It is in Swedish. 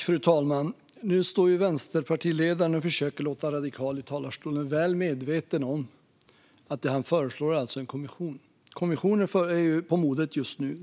Fru talman! Nu står vänsterpartiledaren i talarstolen och försöker låta radikal, väl medveten om att det han föreslår är en kommission. Kommissioner är på modet just nu.